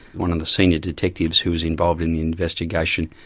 one of the senior detectives who was involved in the investigation,